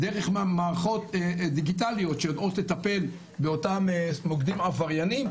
דרך מערכות דיגיטליות שיודעות לטפל באותם מוקדים עברייניים,